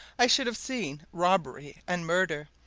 i should have seen robbery, and murder,